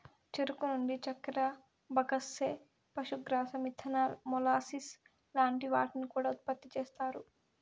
చెరుకు నుండి చక్కర, బగస్సే, పశుగ్రాసం, ఇథనాల్, మొలాసిస్ లాంటి వాటిని కూడా ఉత్పతి చేస్తారు